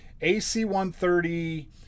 AC-130